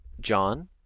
John